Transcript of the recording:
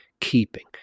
keeping